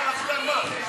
להצביע על מה?